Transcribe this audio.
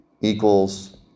equals